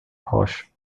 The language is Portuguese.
rocha